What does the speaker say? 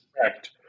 Correct